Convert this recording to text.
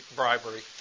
bribery